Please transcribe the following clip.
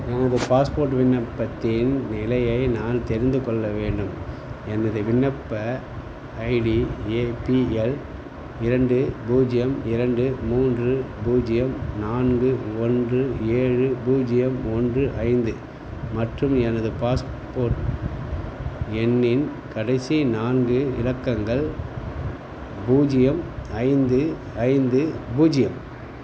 எனது பாஸ்போர்ட் விண்ணப்பத்தின் நிலையை நான் தெரிந்து கொள்ள வேண்டும் எனது விண்ணப்ப ஐடி ஏ பி எல் இரண்டு பூஜ்ஜியம் இரண்டு மூன்று பூஜ்ஜியம் நான்கு ஒன்று ஏழு பூஜ்ஜியம் ஒன்று ஐந்து மற்றும் எனது பாஸ்போர்ட் எண்ணின் கடைசி நான்கு இலக்கங்கள் பூஜ்ஜியம் ஐந்து ஐந்து பூஜ்ஜியம்